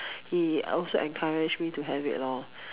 he also encouraged me to have it lor